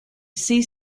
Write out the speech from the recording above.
sea